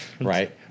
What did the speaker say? Right